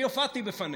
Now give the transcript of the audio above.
אני הופעתי בפניה.